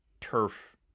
turf